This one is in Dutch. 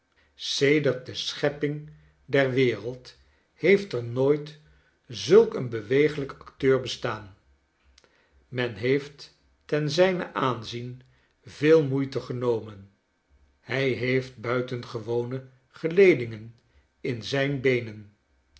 sedert de schepping der wereld heeft er nooit zulk een beweeglijk acteur bestaan men heeft ten zijnen aanzien veel moeite genomen hij heeft buitengewone geledingen in zijn beenen